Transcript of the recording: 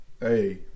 Hey